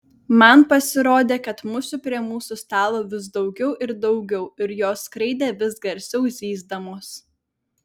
man pasirodė kad musių prie mūsų stalo vis daugiau ir daugiau ir jos skraidė vis garsiau zyzdamos